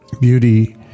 Beauty